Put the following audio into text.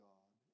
God